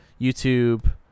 YouTube